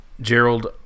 Gerald